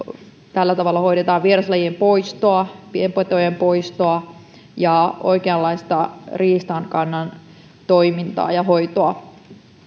tällä tavalla hoidetaan vieraslajien poistoa pienpetojen poistoa ja oikeanlaista riistakannan toimintaa ja hoitoa